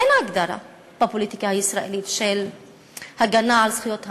אין הגדרה בפוליטיקה הישראלית של הגנה על זכויות המיעוט,